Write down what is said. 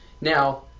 Now